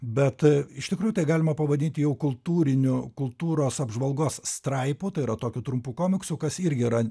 bet iš tikrųjų tai galima pavadinti jau kultūriniu kultūros apžvalgos straipu tai yra tokiu trumpu komiksu kas irgi yra